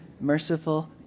merciful